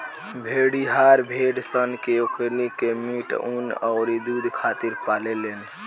भेड़िहार भेड़ सन से ओकनी के मीट, ऊँन अउरी दुध खातिर पाले लेन